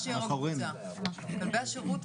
כלבי השירות,